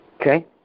Okay